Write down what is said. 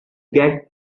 get